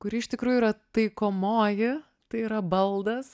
kuri iš tikrųjų yra taikomoji tai yra baldas